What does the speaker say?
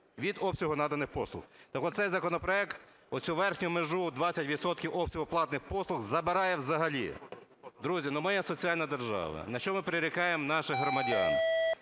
від обсягу наданих послуг. Так от, цей законопроект оцю верхню межу 20 відсотків обсягу платних послуг забирає взагалі. Друзі, ми є соціальна держава, на що ми прирікаємо наших громадян?